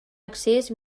accés